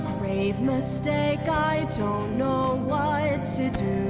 grave mistake? i don't know what to do